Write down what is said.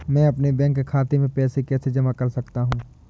मैं अपने बैंक खाते में पैसे कैसे जमा कर सकता हूँ?